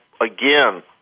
again